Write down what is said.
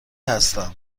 هستم